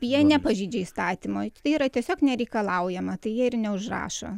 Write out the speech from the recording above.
jie nepažeidžia įstatymo tai yra tiesiog nereikalaujama tai jie ir neužrašo